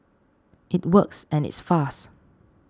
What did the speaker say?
it works and it's fast